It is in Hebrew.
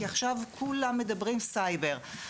כי עכשיו כולם מדברים סייבר,